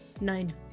Nine